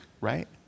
right